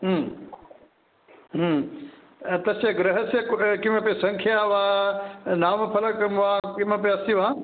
तस्य गृहस्य किमपि सङ्ख्या वा नामफलकं वा किमपि अस्ति वा